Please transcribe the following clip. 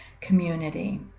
community